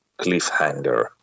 cliffhanger